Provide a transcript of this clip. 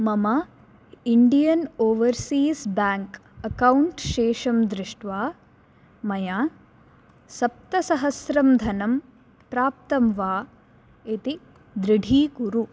मम Indian Overseas Bank account शेषं दृष्ट्वा मया सप्तसहस्रं धनं प्राप्तं वा इति दृढीकुरु